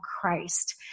Christ